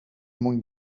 mwyn